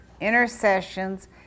intercessions